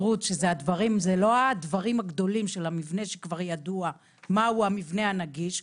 זה לא הדברים הגדולים של המבנה שכבר ידוע מהו המבנה הנגיש.